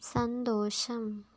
സന്തോഷം